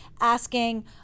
asking